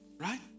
right